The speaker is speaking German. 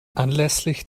anlässlich